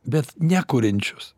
bet nekuriančius